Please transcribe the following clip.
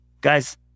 Guys